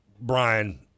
Brian